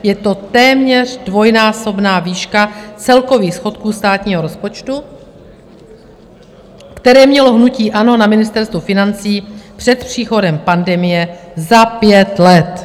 Je to téměř dvojnásobná výška celkových schodků státního rozpočtu, které mělo hnutí ANO na Ministerstvu financí před příchodem pandemie za pět let.